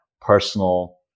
personal